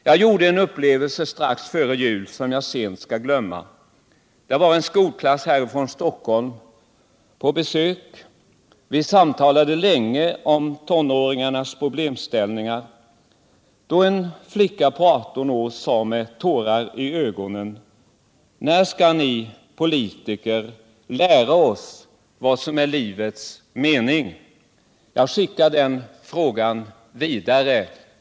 Jag hade strax före jul en upplevelse som jag sent skall glömma. En skolklass ifrån Stockholm var på besök. Vi samtalade länge om tonåringarnas problem. En flicka på 18 år sade med tårar i ögonen: När skall ni politiker kära oss vad som är livets mening? Jag skickar den frågan vidare.